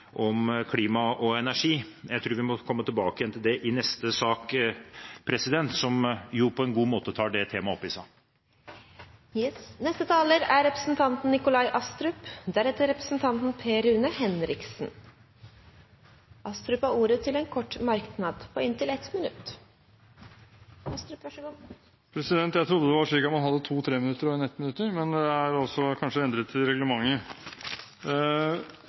om at de nå har utarbeidet et felles innspill om klima og energi til EUs rammeverk. Jeg tror vi må komme tilbake til det i neste sak, som på en god måte tar det temaet opp i seg. Representanten Nikolai Astrup har hatt ordet to ganger tidligere og får ordet til en kort merknad, begrenset til 1 minutt. Jeg trodde man hadde rett til to 3-minuttersinnlegg og ett 1-minuttsinnlegg, men reglementet er kanskje endret,